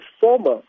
former